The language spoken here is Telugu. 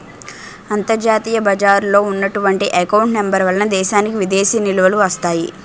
అంతర్జాతీయ బజారులో ఉన్నటువంటి ఎకౌంట్ నెంబర్ వలన దేశానికి విదేశీ నిలువలు వస్తాయి